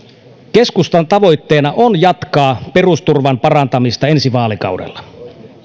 keskustan tavoitteena on jatkaa perusturvan parantamista ensi vaalikaudella